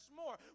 more